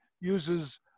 uses